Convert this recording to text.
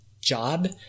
job